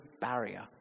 barrier